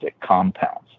compounds